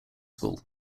school